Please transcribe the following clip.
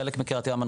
חלק מקריית ים,